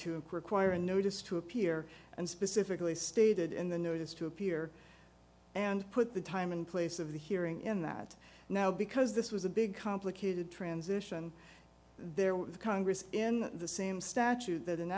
acquire a notice to appear and specifically stated in the notice to appear and put the time and place of the hearing in that now because this was a big complicated transition there with congress in the same statute that